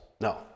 No